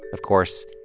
of course,